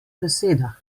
besedah